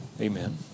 amen